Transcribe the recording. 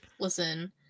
Listen